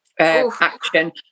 action